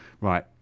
Right